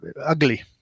ugly